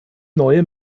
neue